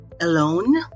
Alone